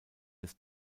des